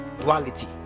duality